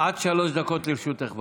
עד שלוש דקות לרשותך.